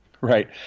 Right